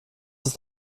ist